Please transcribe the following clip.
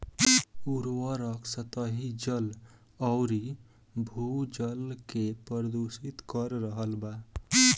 उर्वरक सतही जल अउरी भू जल के प्रदूषित कर रहल बा